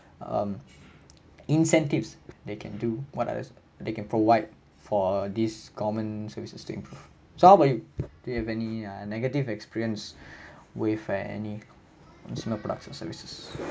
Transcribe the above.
um incentives they can do what others they can provide for this common services to improve so how about you do you have any uh negative experience with any consumer products or services